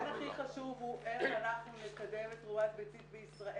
העניין הכי חשוב הוא איך אנחנו נקדם את תרומת ביצית בישראל.